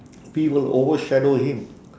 we will overshadow him